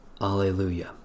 Alleluia